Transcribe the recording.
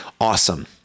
awesome